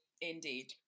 indeed